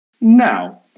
now